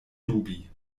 dubi